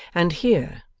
and here,